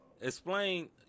explain